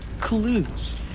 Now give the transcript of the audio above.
Clues